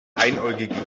einäugige